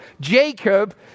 Jacob